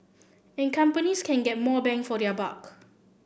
and companies can get more bang for their buck